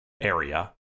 area